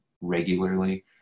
regularly